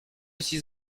six